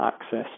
access